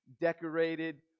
decorated